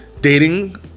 dating